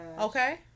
Okay